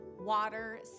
water